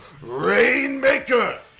Rainmaker